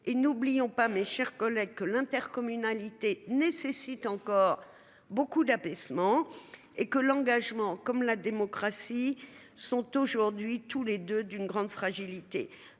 et n'oublions pas mes chers collègues, que l'intercommunalité nécessite encore beaucoup d'abaissement et que l'engagement comme la démocratie sont aujourd'hui tous les deux d'une grande fragilité